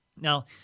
Now